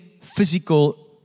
physical